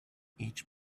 each